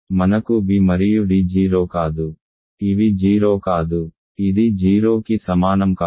మనకు b మరియు d 0 కాదు ఇవి 0 కాదు ఇది 0కి సమానం కాదు